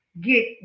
get